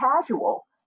casual